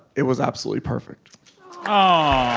it was absolutely perfect aww